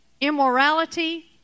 immorality